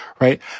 right